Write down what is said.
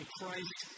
Christ